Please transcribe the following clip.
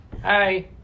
Hi